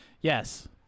Yes